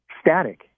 static